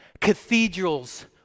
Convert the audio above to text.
Cathedrals